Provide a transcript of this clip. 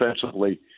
defensively